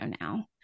now